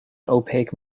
opaque